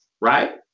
right